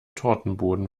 tortenboden